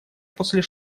после